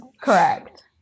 Correct